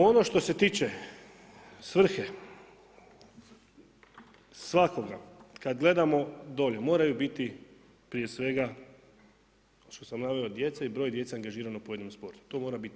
Ono što se tiče svrhe svakoga kada gledamo dolje, moraju biti prije svega što sam naveo djece i broj djece angažirano u pojedinom sportu, to mora biti